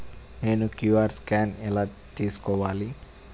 నేను QR scan ఎలా తీసుకోవాలి?